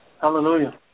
Hallelujah